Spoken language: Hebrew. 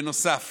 בנוסף